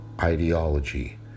ideology